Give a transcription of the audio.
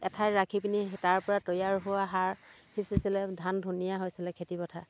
এঠাইত ৰাখি পিনি তাৰ পৰা তৈয়াৰ হোৱা সাৰ সিঁচিছিলে ধান ধুনীয়া হৈছিলে খেতি পথাৰ